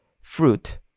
fruit